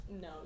No